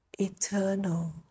Eternal